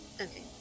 Okay